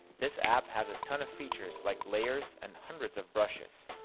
this app has a ton of features like layers, and hundreds of brushes.